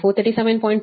38 ಕೋನ ಮೈನಸ್ 36